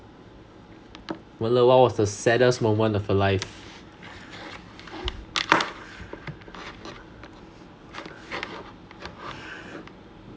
wen le what was the saddest moment of your life